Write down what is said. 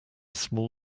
small